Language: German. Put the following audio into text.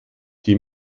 die